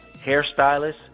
Hairstylist